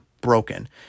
broken